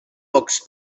pocs